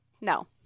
no